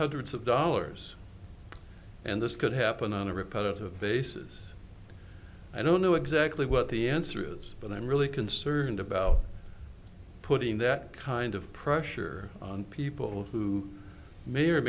hundreds of dollars and this could happen on a repetitive basis i don't know exactly what the answer is but i'm really concerned about putting that kind of pressure on people who may or